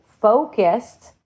focused